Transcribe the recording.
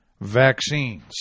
vaccines